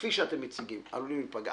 כפי שאתם מציגים עלולים להיפגע.